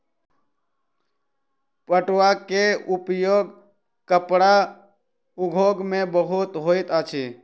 पटुआ के उपयोग कपड़ा उद्योग में बहुत होइत अछि